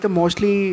mostly